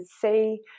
see